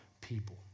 people